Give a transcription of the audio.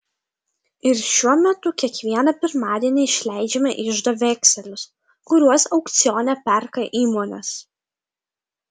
ir šiuo metu kiekvieną pirmadienį išleidžiame iždo vekselius kuriuos aukcione perka įmonės